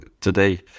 today